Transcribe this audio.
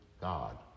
God